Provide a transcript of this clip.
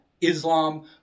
Islam